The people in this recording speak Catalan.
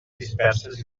disperses